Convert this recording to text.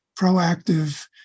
proactive